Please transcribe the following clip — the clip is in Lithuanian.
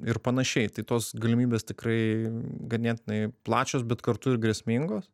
ir panašiai tai tos galimybės tikrai ganėtinai plačios bet kartu ir grėsmingos